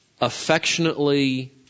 affectionately